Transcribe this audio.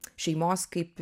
šeimos kaip